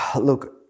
look